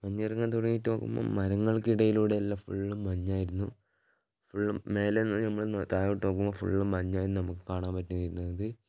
മഞ്ഞിറങ്ങാൻ തുടങ്ങിയിട്ട് നോക്കുമ്പോൾ മരങ്ങൾക്കിടയിലൂടെ നല്ല ഫുൾ മഞ്ഞായിരുന്നു ഫുള്ള് മേലെ നിന്ന് നമ്മള് താഴോട്ട് നോക്കുമ്പോൾ ഫുള്ള് മഞ്ഞായിരുന്നു നമുക്ക് കാണാൻ പറ്റിയിരുന്നത്